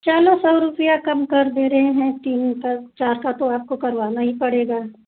चलो सौ रुपया कम कर दे रहे हैं तीन तक चार का तो आपको करवाना ही पड़ेगा